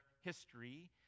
history